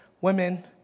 women